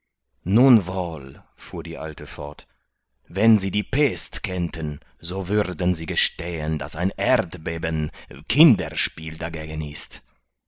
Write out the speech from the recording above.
nun wohl fuhr die alte fort wenn sie die pest kennten so würden sie gestehen daß ein erdbeben kinderspiel dagegen ist